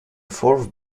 fourth